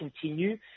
continue